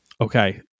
Okay